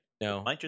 No